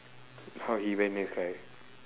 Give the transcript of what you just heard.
how he very nice guy